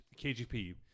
KGP